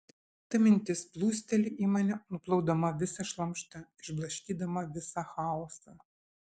ta mintis plūsteli į mane nuplaudama visą šlamštą išblaškydama visą chaosą